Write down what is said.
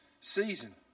season